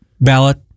ballot